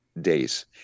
days